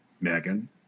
Megan